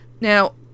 now